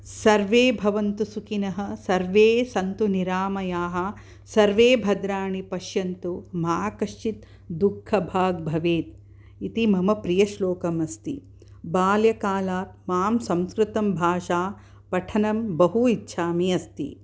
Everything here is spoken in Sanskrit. सर्वे भवन्तु सुखिनः सर्वे सन्तु निरामयाः सर्वे भद्राणि पश्यन्तु मा कश्चिद् दुःखभाग्भवेत् इति मम प्रियश्लोकमस्ति बाल्यकालात् मां संस्कृतं भाषा पठनं बहु इच्छामि अस्ति